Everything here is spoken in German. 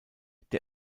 der